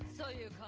so you